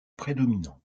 prédominant